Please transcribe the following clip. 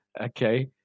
Okay